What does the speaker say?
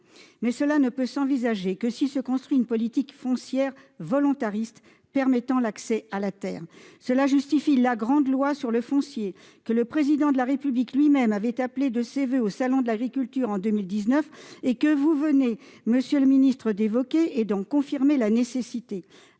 Mais cela ne peut s'envisager qu'au moyen d'une politique foncière volontariste, permettant l'accès à la terre. Cela justifie la grande loi sur le foncier que le Président de la République lui-même avait appelée de ses voeux au salon de l'agriculture en 2019. Vous venez, monsieur le ministre, de l'évoquer et d'en confirmer la nécessité.